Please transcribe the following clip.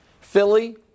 Philly